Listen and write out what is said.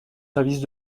services